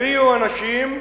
הריעו אנשים,